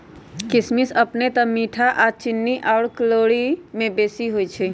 किशमिश अपने तऽ मीठ आऽ चीन्नी आउर कैलोरी में बेशी होइ छइ